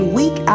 week